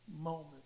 moment